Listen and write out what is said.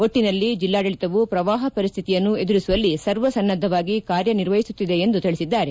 ಒಟ್ಟನಲ್ಲಿ ಜಲ್ಲಾಡಳಿತವು ಪ್ರವಾಪ ಪರಿಸ್ಥಿತಿಯನ್ನು ಎದುರಿಸುವಲ್ಲಿ ಸರ್ವಸನ್ನದ್ದವಾಗಿ ಕಾರ್ಯನಿರ್ವಹಿಸುತ್ತಿದೆ ಎಂದು ತಿಳಿಸಿದ್ದಾರೆ